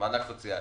מענק סוציאלי.